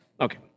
Okay